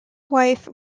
wife